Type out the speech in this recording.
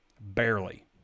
Barely